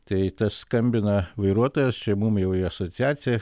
tai tas skambina vairuotojas čia mum jau į asociaciją